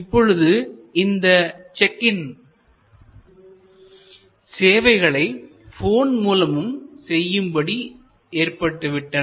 இப்பொழுது இந்த check in சேவைகளை போன் மூலமும் செய்யும்படி ஏற்பட்டுவிட்டன